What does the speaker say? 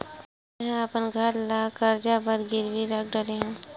मेहा अपन घर ला कर्जा बर गिरवी रख डरे हव